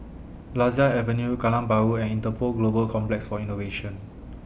Lasia Avenue Kallang Bahru and Interpol Global Complex For Innovation